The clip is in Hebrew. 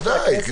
ודאי.